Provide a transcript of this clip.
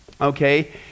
okay